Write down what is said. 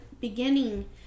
beginning